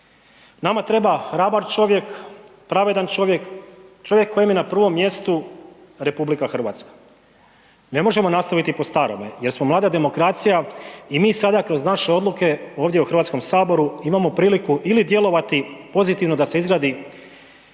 Nama treba hrabar čovjek, pravedan čovjek, čovjek kojem je na prvom mjestu RH. Ne možemo nastaviti po starome jer smo mlada demokracija i mi sada kroz naše odluke ovdje u HS-u imamo priliku ili djelovati pozitivno da se izgradi